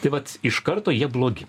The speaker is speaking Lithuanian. tai vat iš karto jie blogi